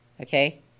Okay